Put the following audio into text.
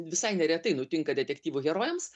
visai neretai nutinka detektyvų herojams